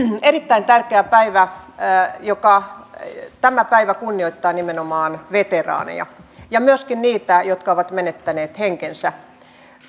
erittäin tärkeä päivä tämä päivä kunnioittaa nimenomaan veteraaneja ja myöskin niitä jotka ovat menettäneet henkensä